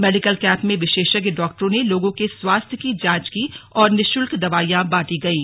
medical camp में विशेषज्ञ डॉक्टरों ने लोगों के स्वास्थ्य की जांच की और निशुल्क दवाइयां बांटी गईं